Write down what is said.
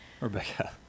Rebecca